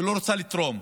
היא לא רוצה לתרום,